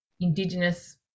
indigenous